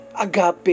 agape